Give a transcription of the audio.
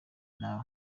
nawe